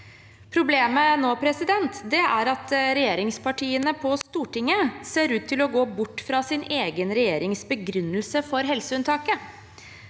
Problemet nå er at regjeringspartiene på Stortinget ser ut til å gå bort fra sin egen regjerings begrunnelse for helseunntaket.